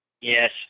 Yes